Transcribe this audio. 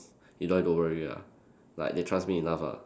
you don't have to worry lah like they trust me enough lah